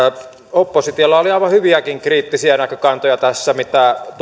oppositiolla oli tässä aivan hyviäkin kriittisiä näkökantoja mitä